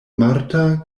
marta